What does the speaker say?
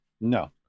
No